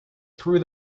through